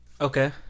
Okay